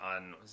on